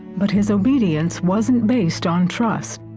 but his obedience wasn't based on trust.